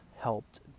helped